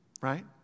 right